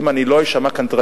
אם אני לא אשמע קנטרני,